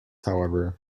however